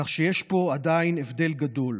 כך שיש פה עדיין הבדל גדול.